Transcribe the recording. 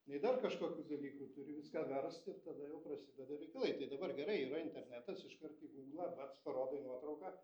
nei dar kažkokių dalykų turi viską verst ir tada jau prasideda reikalai tai dabar gerai yra internetas iškart į gūglą bac parodai nuotrauką